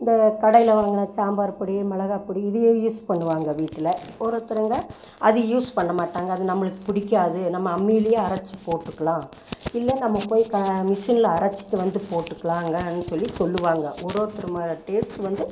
இந்த கடையில் வாங்கின சாம்பார் பொடி மிளகாப் பொடி இதையே யூஸ் பண்ணுவாங்க வீட்டில் ஒருரொருத்தருங்க அது யூஸ் பண்ணமாட்டாங்க அது நம்மளுக்கு பிடிக்காது நம்ம அம்மியிலே அரைத்து போட்டுக்கலாம் இல்லை நம்ம போய் க மிசினில் அரைச்சுட்டு வந்து போட்டுக்கலாங்கன்னு சொல்லி சொல்லுவாங்க ஒருரொருத்தர் டேஸ்ட்டு வந்து